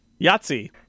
Yahtzee